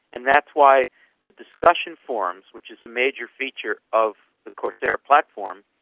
and that's why the discussion forums, which is a major feature of the coursera platform,